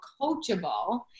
coachable